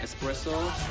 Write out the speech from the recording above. espresso